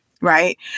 right